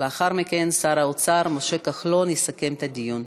לאחר מכן שר האוצר משה כחלון יסכם את הדיון.